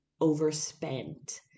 overspent